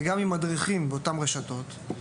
וגם עם מדריכים באותן רשתות,